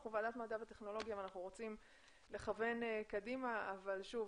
אנחנו ועדת מדע וטכנולוגיה ואנחנו רוצים לכוון קדימה אבל שוב,